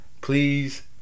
Please